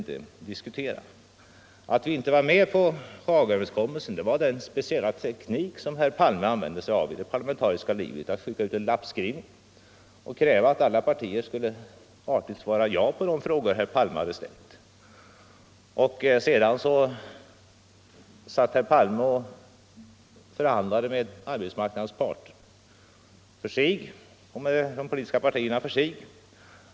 Orsaken till att vi inte var med på Hagaöverenskommelsen var den speciella teknik som herr Palme använde sig av i det parlamentariska livet — han tillämpade ”lappskrivning” och krävde att alla partier artigt skulle svara ja på de frågor han ställt. Sedan satt herr Palme och förhandlade med arbetsmarknadens parter för sig och med de politiska partierna för sig.